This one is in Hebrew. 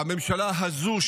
והממשלה הזו,